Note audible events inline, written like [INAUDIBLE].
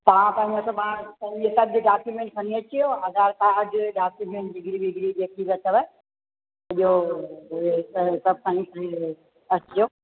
तव्हां पंहिंजो सुभाणे पंहिंजे सभु डाक्यूमेंट खणी अचिजो आधार काड डाक्यूमेंट डिग्री विग्री जेकी बि अथव ॿियो [UNINTELLIGIBLE] सभु खणी खणी अचिजो